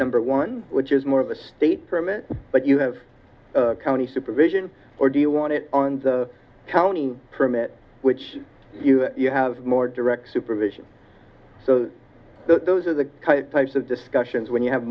number one which is more of a state permit but you have county supervision or do you want it on the county permit which you you have more direct supervision so those are the types of discussions when you have